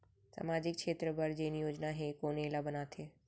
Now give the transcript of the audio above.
सामाजिक क्षेत्र बर जेन योजना हे कोन एला बनाथे?